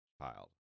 child